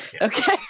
Okay